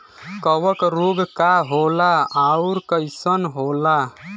कवक रोग का होला अउर कईसन होला?